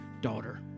daughter